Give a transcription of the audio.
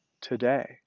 today